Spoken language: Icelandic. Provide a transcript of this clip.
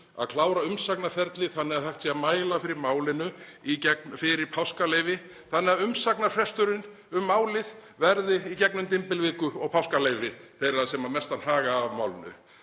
að klára umsagnarferlið þannig að hægt sé að mæla fyrir málinu fyrir páskaleyfi þannig að umsagnarfresturinn um málið verði í gegnum dymbilviku og páskaleyfi þeirra sem mestan hag hafa af málinu?